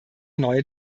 neue